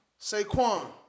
Saquon